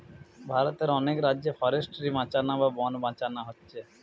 ভারতের অনেক রাজ্যে ফরেস্ট্রি বাঁচানা বা বন বাঁচানা হচ্ছে